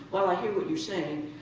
while i hear what you're saying,